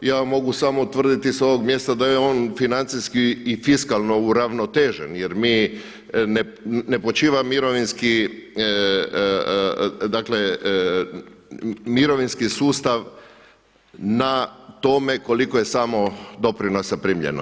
Ja vam mogu samo utvrditi sa ovog mjesta da je on financijski i fiskalno uravnotežen jer mi, ne počiva mirovinski, dakle, mirovinski sustav na tome koliko je samo doprinosa primljeno.